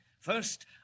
First